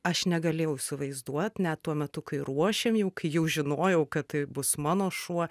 aš negalėjau įsivaizduot net tuo metu kai ruošėm jau kai jau žinojau kad tai bus mano šuo